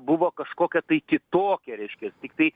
buvo kažkokia tai kitokia reiškias tiktai